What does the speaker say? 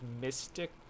Mystic